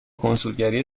کنسولگری